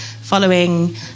following